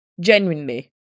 Genuinely